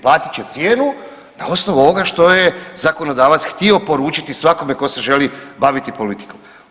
Platit će cijenu na osnovu ovoga što je zakonodavac htio poručiti svakome tko se želi baviti politikom.